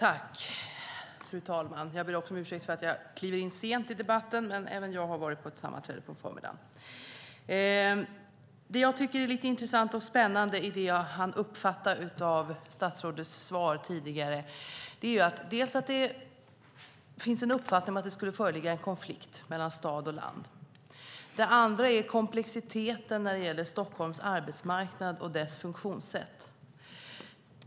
Fru talman! Jag ber också om ursäkt för att jag kommer in sent i debatten, men även jag har varit på ett sammanträde på förmiddagen. Det jag tycker är intressant och spännande i det jag hann uppfatta av statsrådets svar tidigare är för det första att det finns en uppfattning om att det skulle föreligga en konflikt mellan stad och land, för det andra komplexiteten i Stockholms arbetsmarknad och dess funktionssätt.